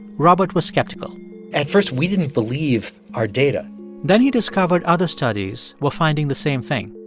robert was skeptical at first, we didn't believe our data then he discovered other studies were finding the same thing.